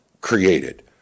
created